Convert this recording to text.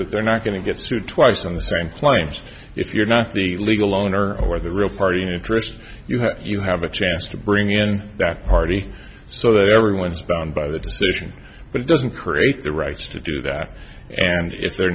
that they're not going to get sued twice on the same claims if you're not the legal owner or the real party in interest you have you have a chance to bring in that party so that everyone is bound by that decision but it doesn't create the rights to do that and if they're